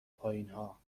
پایینها